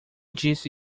disse